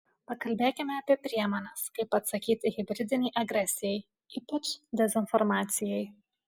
pakalbėkime apie priemones kaip atsakyti hibridinei agresijai ypač dezinformacijai